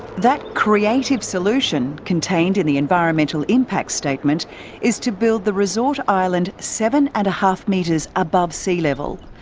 that creative solution contained in the environmental impact statement is to build the resort island seven and a half metres above sea level,